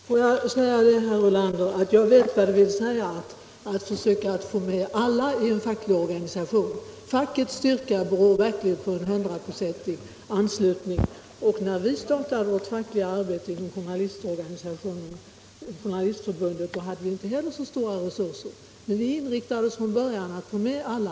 Herr talman! Jag vet, herr Ulander, vad det vill säga att försöka få med alla i en facklig organisation. Jag vet också att fackets styrka är beroende av en hundraprocentig anslutning. När vi startade vårt fackliga arbete i Journalistförbundet hade inte vi heller så stora resurser, men vi inriktade oss från början på att få med alla.